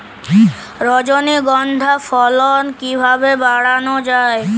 রজনীগন্ধা ফলন কিভাবে বাড়ানো যায়?